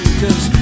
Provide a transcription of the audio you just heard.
cause